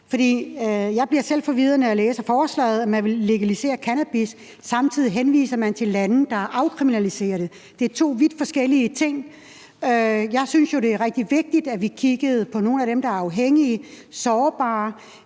jeg bliver selv forvirret, når jeg læser forslaget. Man vil legalisere cannabis, og samtidig henviser man til lande, der afkriminaliserer det. Det er to vidt forskellige ting. Jeg synes jo, det er rigtig vigtigt, at vi kigger på nogle af dem, der er afhængige og sårbare,